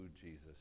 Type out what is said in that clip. Jesus